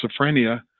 schizophrenia